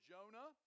Jonah